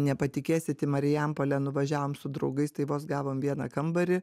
nepatikėsit į marijampolę nuvažiavom su draugais tai vos gavom vieną kambarį